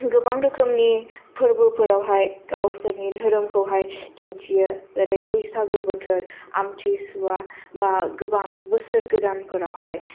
गोबां रोखोमनि फोरबोफोराव हाय गावसोरनि धोरोमखौ हाय दिन्थियो जेरै बैसागु बोथोर आमथि सुवा बा गोबां बोसोर गोदानफोराव हाय